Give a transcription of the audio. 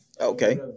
Okay